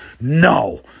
No